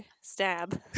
Stab